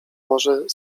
może